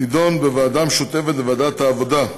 תידון בוועדה משותפת לוועדת העבודה,